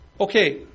Okay